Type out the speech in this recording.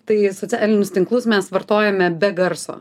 tai socialinius tinklus mes vartojame be garso